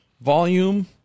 volume